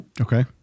okay